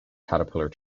caterpillar